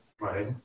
right